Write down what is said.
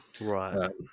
Right